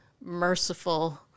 merciful